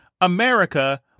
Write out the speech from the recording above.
America